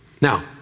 Now